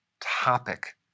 topic